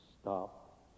stop